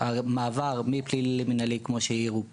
המעבר מפלילי למינהלי, כמו שהעירו פה.